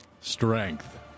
Strength